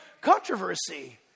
controversy